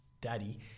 Daddy